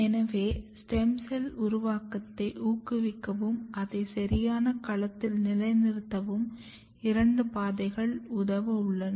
எனவே stem cell உருவாக்கத்தை ஊக்குவிக்கவும் அதை சரியான களத்தில் நிலைநிறுத்தவும் இரண்டு பாதைகள் உதவ உள்ளன